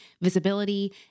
visibility